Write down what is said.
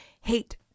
Hate